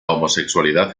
homosexualidad